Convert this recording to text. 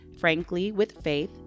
franklywithfaith